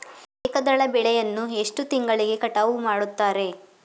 ಏಕದಳ ಬೆಳೆಯನ್ನು ಎಷ್ಟು ತಿಂಗಳಿಗೆ ಕಟಾವು ಮಾಡುತ್ತಾರೆ?